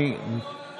תודה רבה.